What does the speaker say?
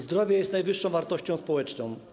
Zdrowie jest najwyższą wartością społeczną.